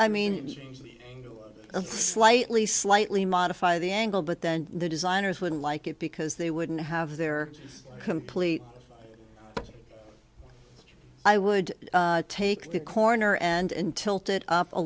i mean slightly slightly modify the angle but then the designers wouldn't like it because they wouldn't have their complete i would take the corner and tilt it